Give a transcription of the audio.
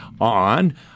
on